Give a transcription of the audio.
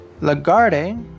Lagarde